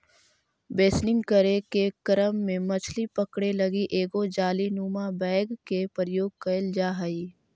बेसनिंग करे के क्रम में मछली पकड़े लगी एगो जालीनुमा बैग के प्रयोग कैल जा हइ